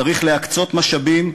צריך להקצות משאבים,